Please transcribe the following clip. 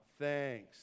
thanks